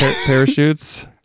parachutes